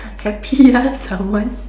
happy ah someone